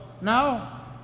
now